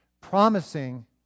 promising